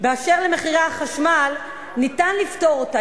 באשר למחירי החשמל, ניתן לפתור אותה.